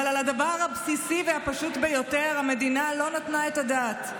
אבל על הדבר הבסיסי והפשוט ביותר המדינה לא נתנה את הדעת.